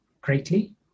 greatly